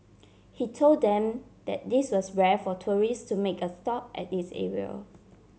he told them that this was rare for tourists to make a stop at this area